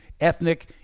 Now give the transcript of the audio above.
ethnic